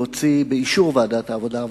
להוציא באישור ועדת העבודה,